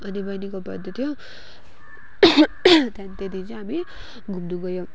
अनि बहिनीको बर्थडे थियो त्यहाँदेखि त्यो दिन चाहिँ हामी घुम्नु गयो